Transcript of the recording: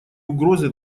угрозы